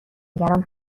نگران